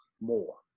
more